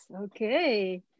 Okay